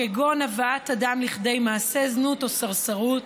כגון הבאת אדם לכדי מעשה זנות או סרסרות.